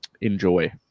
enjoy